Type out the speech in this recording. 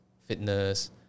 fitness